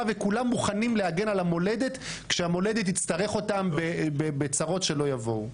וכולם מוכנים להגן על המולדת כשהיא תצטרך אותם בצרות שלא יבואו.